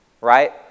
Right